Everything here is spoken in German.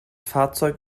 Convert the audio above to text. fahrzeug